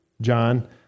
John